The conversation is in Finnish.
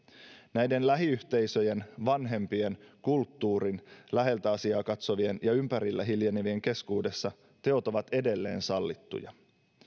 näiden lähiyhteisöjen vanhempien kulttuurin läheltä asiaa katsovien ja ympärillä hiljenevien keskuudessa teot ovat edelleen sallittuja